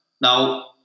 Now